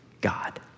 God